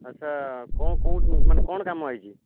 ଆଚ୍ଛା କଣ କେଉଁଠି ମାନେ କଣ କାମ ଆସିଛି